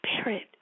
Spirit